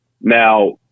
Now